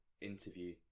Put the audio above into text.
interview